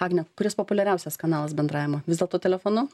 agne kuris populiariausias kanalas bendravimo vis dėlto telefonu